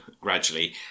gradually